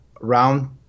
round